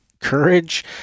courage